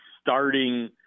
starting